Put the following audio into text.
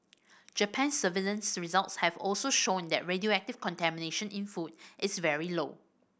Japan's surveillance results have also shown that radioactive contamination in food is very low